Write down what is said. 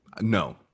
No